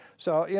so, yeah